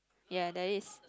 ya there is